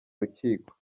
rukiko